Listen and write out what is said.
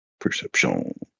Perception